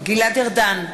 גלעד ארדן,